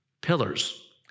pillars